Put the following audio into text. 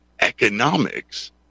economics